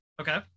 Okay